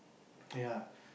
ya